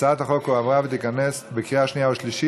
הצעת החוק עברה בקריאה שנייה ושלישית